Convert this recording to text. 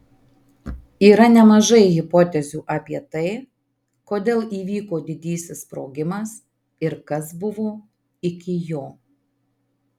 yra nemažai hipotezių apie tai kodėl įvyko didysis sprogimas ir kas buvo iki jo